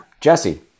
Jesse